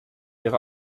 ihre